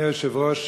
אדוני היושב-ראש,